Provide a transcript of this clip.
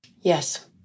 Yes